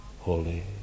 holy